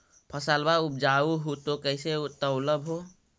फसलबा उपजाऊ हू तो कैसे तौउलब हो?